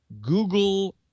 Google